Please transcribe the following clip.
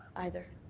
either.